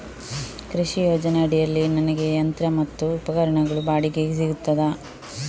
ಕೃಷಿ ಯೋಜನೆ ಅಡಿಯಲ್ಲಿ ನನಗೆ ಯಂತ್ರ ಮತ್ತು ಉಪಕರಣಗಳು ಬಾಡಿಗೆಗೆ ಸಿಗುತ್ತದಾ?